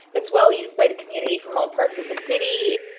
that's well, used by the community from all parts of the city.